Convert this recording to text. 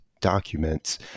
documents